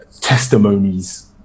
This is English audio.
testimonies